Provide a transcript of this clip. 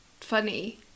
funny